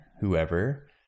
whoever